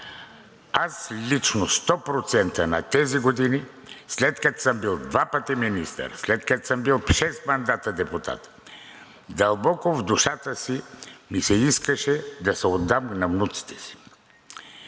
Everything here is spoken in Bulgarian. Аз лично 100% на тези години, след като съм бил два пъти министър, след като съм бил шест мандата депутат, дълбоко в душата си ми се искаше да се отдам на внуците си.